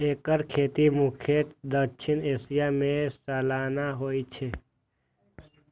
एकर खेती मुख्यतः दक्षिण एशिया मे सालाना होइ छै